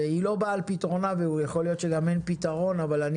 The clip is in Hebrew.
היא לא באה על פתרונה ויכול להיות שגם אין פתרון אבל אני